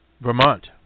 vermont